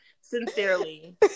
Sincerely